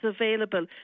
available